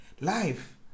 life